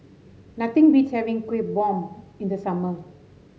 nothing beats having Kuih Bom in the summer